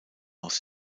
aus